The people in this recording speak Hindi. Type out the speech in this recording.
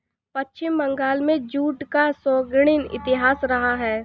पश्चिम बंगाल में जूट का स्वर्णिम इतिहास रहा है